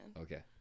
Okay